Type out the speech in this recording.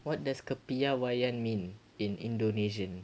what does kepiawaian mean in indonesian